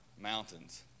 mountains